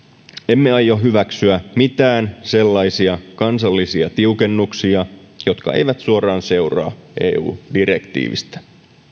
emme aio hyväksyä mitään sellaisia kansallisia tiukennuksia jotka eivät suoraan seuraa eu direktiivistä